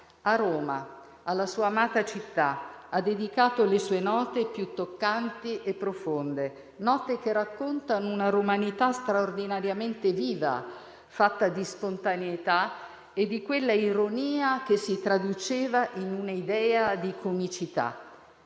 A Roma, alla sua amata città, ha dedicato le sue note più toccanti e profonde, note che raccontano una romanità straordinariamente viva, fatta di spontaneità e di quella ironia che si traduceva in un'idea di comicità.